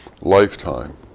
lifetime